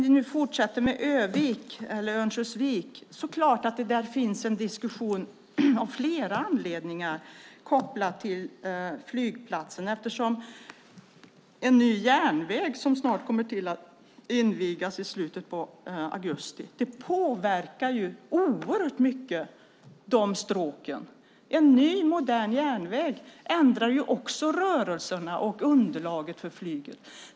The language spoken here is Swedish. I Örnsköldsvik har man flera diskussioner kopplade till flygplatsen. En ny järnväg kommer att invigas i slutet av augusti. Det påverkar oerhört mycket. En ny modern järnväg ändrar rörelsemönstret och underlaget för flyget.